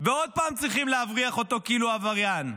ועוד פעם צריכים להבריח אותו כאילו הוא עבריין.